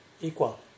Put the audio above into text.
equal